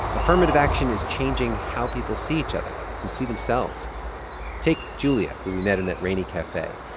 affirmative action is changing how people see each other and see themselves take julia, who we met in that rainy cafe.